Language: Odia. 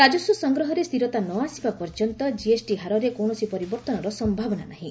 ରାଜସ୍ୱ ସଂଗ୍ରହରେ ସ୍ଥିରତା ନ ଆସିବା ପର୍ଯ୍ୟନ୍ତ ଜିଏସ୍ଟି ହାରରେ କୌଣସି ପରିବର୍ତ୍ତନର ସମ୍ଭାବନା ନାହିଁ